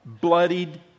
bloodied